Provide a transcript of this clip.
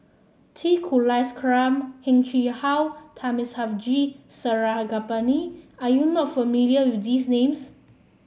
T Kulasekaram Heng Chee How Thamizhavel G Sarangapani are you not familiar with these names